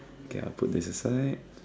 ya put this aside